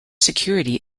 security